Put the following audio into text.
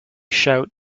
shout